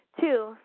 two